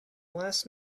last